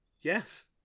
yes